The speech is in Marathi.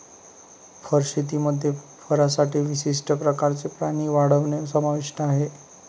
फर शेतीमध्ये फरसाठी विशिष्ट प्रकारचे प्राणी वाढवणे समाविष्ट आहे